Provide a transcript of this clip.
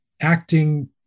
acting